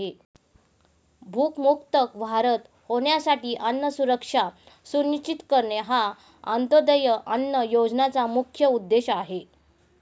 भूकमुक्त भारत होण्यासाठी अन्न सुरक्षा सुनिश्चित करणे हा अंत्योदय अन्न योजनेचा मुख्य उद्देश आहे